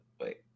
wait